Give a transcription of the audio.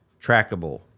trackable